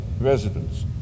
residents